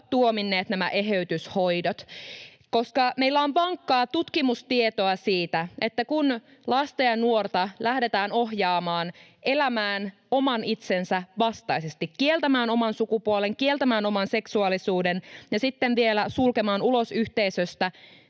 niitä eheytyshoitoja?] Meillä on vankkaa tutkimustietoa siitä, että kun lasta ja nuorta lähdetään ohjaamaan elämään oman itsensä vastaisesti, kieltämään oman sukupuolen, kieltämään oman seksuaalisuuden ja sitten vielä suljetaan ulos yhteisöstä